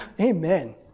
amen